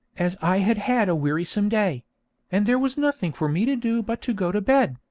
as i had had a wearisome day and there was nothing for me to do but to go to bed,